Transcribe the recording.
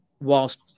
whilst